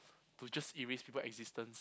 to just erase people existence